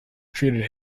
treated